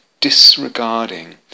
disregarding